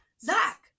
Zach